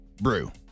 brew